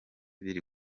biri